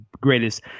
greatest